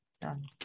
done